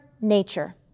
nature